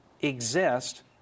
exist